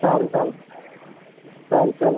સારું સારું સારું ચાલો